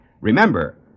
Remember